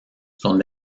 son